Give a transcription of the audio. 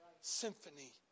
symphony